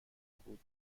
بود